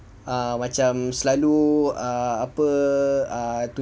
err macam selalu err apa err